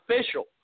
official